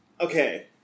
okay